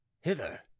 Hither